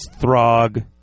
Throg